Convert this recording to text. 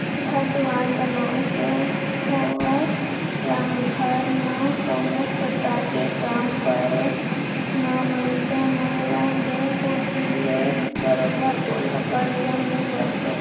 घर दुवार बनाय के होवय या घर म कोनो परकार के काम परे म मनसे मन ल बेंक कोती ले बरोबर ओला करजा मिल जाथे